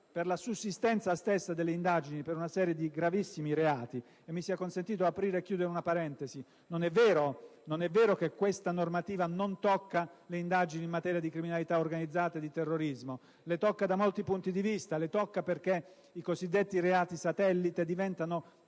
per la sussistenza stessa delle indagini per una serie di gravissimi reati. Mi sia consentito di aprire e chiudere una parentesi. Non è vero che questa normativa non tocca le indagini in materia di criminalità organizzata e di terrorismo: le tocca da molti punti di vista. Le tocca perché i cosiddetti reati satellite diventano